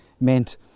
meant